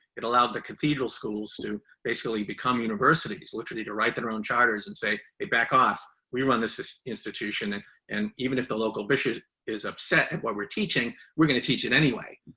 it allowed the cathedral schools to basically become universities, literally to write their own charters and say, hey, back off, we run this this institution and and even if the local bishop is upset at what we're teaching, we're going to teach it anyway.